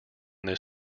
this